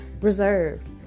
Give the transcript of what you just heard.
reserved